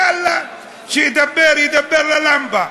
יאללה, שידבר, ידבר ללמפה.